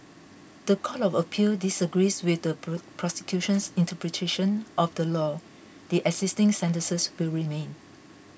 the Court of Appeal disagrees with the prosecution's interpretation of the law the existing sentences will remain